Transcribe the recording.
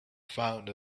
found